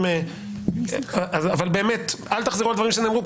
אל תחזרו על דברים שנאמרו,